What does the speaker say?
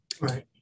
Right